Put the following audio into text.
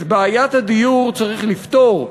את בעיית הדיור צריך לפתור,